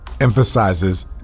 emphasizes